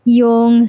yung